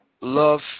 love